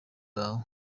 bawe